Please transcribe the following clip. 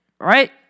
right